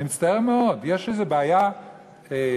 אני מצטער מאוד, יש איזו בעיה מהותית